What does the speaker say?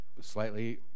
slightly